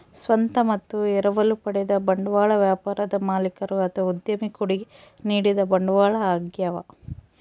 ಸ್ವಂತ ಮತ್ತು ಎರವಲು ಪಡೆದ ಬಂಡವಾಳ ವ್ಯಾಪಾರದ ಮಾಲೀಕರು ಅಥವಾ ಉದ್ಯಮಿ ಕೊಡುಗೆ ನೀಡಿದ ಬಂಡವಾಳ ಆಗ್ಯವ